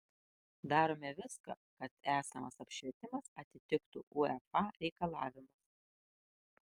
darome viską kad esamas apšvietimas atitiktų uefa reikalavimus